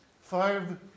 five